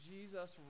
Jesus